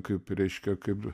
kaip reiškia kaip